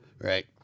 right